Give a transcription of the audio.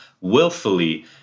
willfully